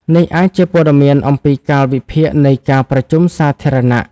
នេះអាចជាព័ត៌មានអំពីកាលវិភាគនៃការប្រជុំសាធារណៈ។